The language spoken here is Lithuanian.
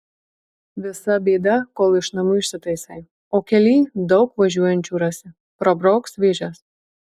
visa bėda kol iš namų išsitaisai o kelyj daug važiuojančių rasi prabrauks vėžes